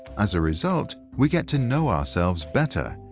as a result, we get to know ourselves better.